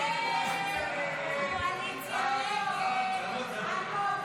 הסתייגות 64 לא נתקבלה.